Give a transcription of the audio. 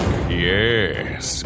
Yes